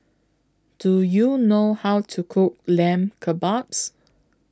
Do YOU know How to Cook Lamb Kebabs